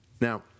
Now